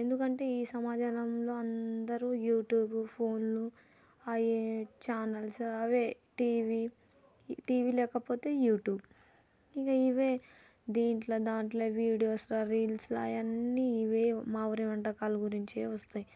ఎందుకంటే ఈ సమాజంలో అందరు యూట్యూబ్ ఫోన్లో అవి చానెల్స్ అవే టీవీ టీవీ లేకపోతే యూట్యూబ్ ఇంకా ఇవే దీంట్లో దాంట్లో వీడియోస్లో రీల్స్లో అవన్నీ ఇవే మా ఊరి వంటకాల గురించే వస్తాయి